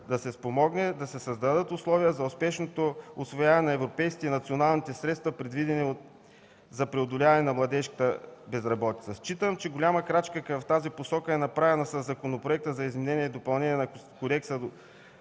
да се спомогне да се създадат условия за успешното усвояване на европейските и национални средства, предвидени за преодоляване на младежката безработица. Считам, че голяма крачка в тази посока е направена със Законопроекта за изменение и допълнение на Кодекса